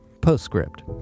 Postscript